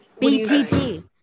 BTT